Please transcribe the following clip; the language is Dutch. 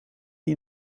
die